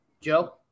Joe